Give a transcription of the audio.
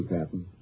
Captain